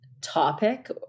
topic